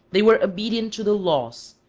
they were obedient to the laws,